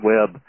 Web